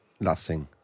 lasting